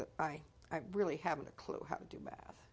that i really haven't a clue how to do math